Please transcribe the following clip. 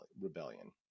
rebellion